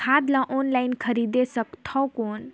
खाद ला ऑनलाइन खरीदे सकथव कौन?